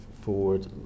forward